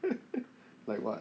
like what